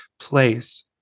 place